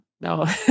No